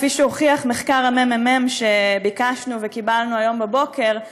כפי שהוכיח מחקר הממ"מ שביקשנו וקיבלנו היום בבוקר,